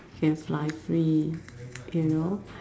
can fly free you know